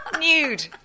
nude